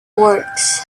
works